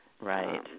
Right